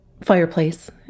fireplace